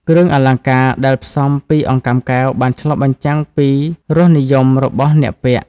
គ្រឿងអលង្ការដែលផ្សំពីអង្កាំកែវបានឆ្លុះបញ្ចាំងពីរសនិយមរបស់អ្នកពាក់។